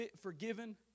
forgiven